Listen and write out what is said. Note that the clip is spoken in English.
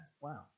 Wow